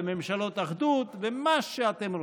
וממשלות אחדות ומה שאתם רוצים.